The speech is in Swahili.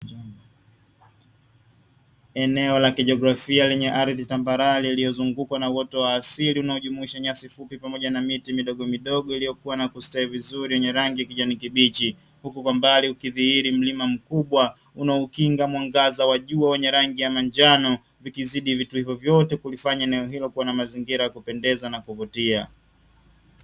Eneo la kijiografia lenye ardhi tambarare lililozungukwa na uoto wa asili unaojumuisha nyasi fupi pamoja na miti midogomidogo iliyokua na kustawi vizuri yenye rangi kijani kibichi. Huku kwa mbali ukidhihiri mlima mkubwa unaokinga mwangaza wa jua wenye rangi ya manjano, vikizidi vitu hivyo vyote kulifanya neno hilo kuwa na mazingira ya kupendeza na kuvutia.